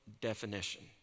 definition